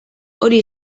hori